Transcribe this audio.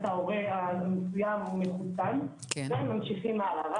הורה מסוים הוא מחוסן וממשיכים הלאה.